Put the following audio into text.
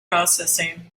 processing